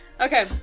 Okay